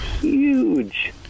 Huge